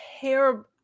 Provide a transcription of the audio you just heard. terrible